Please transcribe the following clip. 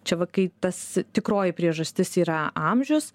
čia va kai tas tikroji priežastis yra amžius